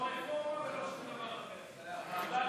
לא רפורמה ולא שום דבר אחר.